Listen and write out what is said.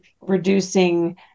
reducing